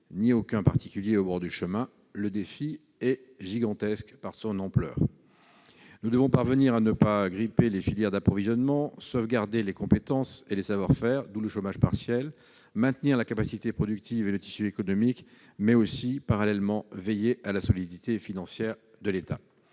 ni aucun particulier au bord du chemin ... Le défi est gigantesque par son ampleur. Nous devons parvenir à ne pas gripper les filières d'approvisionnement, à sauvegarder les compétences et les savoir-faire- d'où le chômage partiel -, à maintenir la capacité productive et le tissu économique, mais nous devons aussi parallèlement veiller à la solidité financière de l'État.